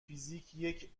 فیزیک